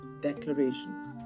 Declarations